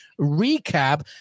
recap